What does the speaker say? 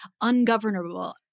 ungovernable